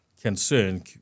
concern